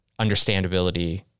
understandability